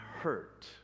hurt